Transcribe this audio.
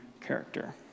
character